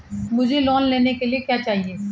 मुझे लोन लेने के लिए क्या चाहिए?